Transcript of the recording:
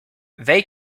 they